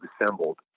assembled